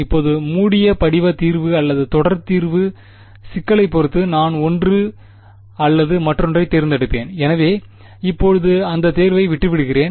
இப்போது மூடிய படிவ தீர்வு அல்லது தொடர் தீர்வு சிக்கலைப் பொறுத்து நான் ஒன்று அல்லது மற்றொன்றைத் தேர்ந்தெடுப்பேன் எனவே இப்போது அந்த தேர்வை விட்டுவிடுகிறேன்